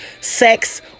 sex